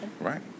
Right